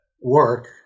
work